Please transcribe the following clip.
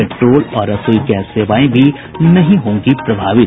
petrol और रसोई gas सेवाएं भी नहीं होंगी प्रभावित